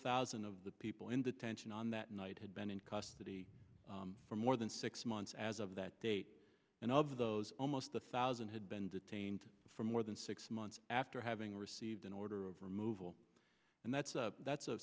thousand of the people in detention on that night had been in custody for more than six months as of that date and of those almost a thousand had been detained for more than six months after having received an order of removal and that's a that's a